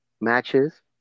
matches